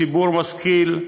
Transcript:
ציבור משכיל,